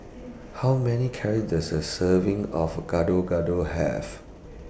How Many Curry Does A Serving of Gado Gado Have